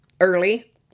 early